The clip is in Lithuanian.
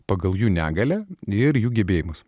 pagal jų negalią ir jų gebėjimus